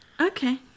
Okay